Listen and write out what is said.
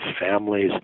families